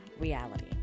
reality